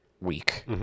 week